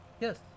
Yes